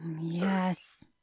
Yes